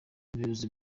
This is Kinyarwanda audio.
umuyobozi